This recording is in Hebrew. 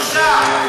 מורשע.